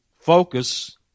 focus